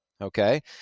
Okay